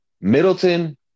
Middleton